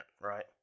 right